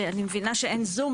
שאני מבינה שאין זום,